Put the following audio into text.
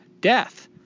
Death